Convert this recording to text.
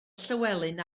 llywelyn